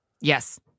Yes